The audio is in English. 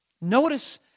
notice